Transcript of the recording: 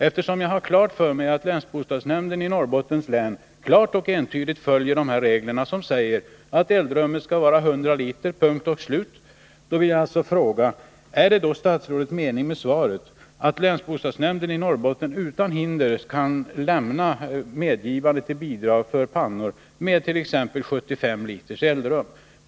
Eftersom jag har klart för mig att länsbostadsnämnden i Norrbottens län klart och entydigt följer de här reglerna, som säger att eldrummet skall vara 100 liter, punkt och slut, vill jag fråga: Är det statsrådets mening med svaret att länsbostadsnämnden i Norrbotten utan hinder av dessa regler kan lämna medgivande till bidrag för pannor medt.ex. 75 liters eldrum?